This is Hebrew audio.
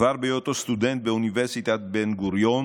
כבר בהיותו סטודנט באוניברסיטת בן-גוריון